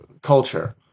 culture